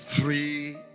three